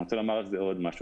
אני רוצה לומר על זה עוד משהו.